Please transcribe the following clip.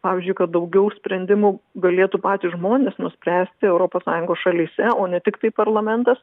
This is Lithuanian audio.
pavyzdžiui kad daugiau sprendimų galėtų patys žmonės nuspręsti europos sąjungos šalyse o ne tiktai parlamentas